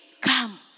come